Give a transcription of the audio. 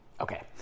Okay